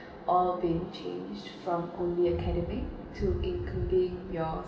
all been changed from only academic to including your